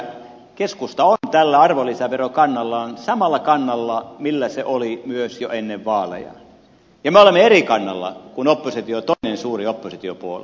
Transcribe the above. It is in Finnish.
keskusta on tällä arvonlisäverokannallaan samalla kannalla millä se oli myös jo ennen vaaleja ja me olemme eri kannalla kuin toinen suuri oppositiopuolue